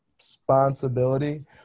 responsibility